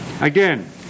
Again